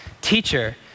teacher